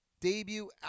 debut